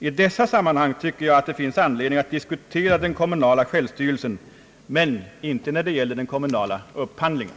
I sådana sammanhang tycker jag det finns anledning att diskutera den kommunala självstyrelsen, men inte när det gäller den kommunala upphandlingen.